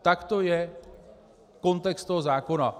Tak to je kontext toho zákona.